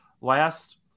Last